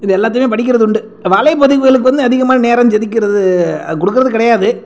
இது எல்லாத்தையுமே படிக்கிறது உண்டு இந்த வலைபதிவுகளுக்கு வந்து அதிகமான நேரம் செதுக்குகிறது கொடுக்குறது கிடையாது